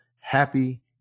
happy